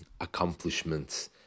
accomplishments